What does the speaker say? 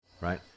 right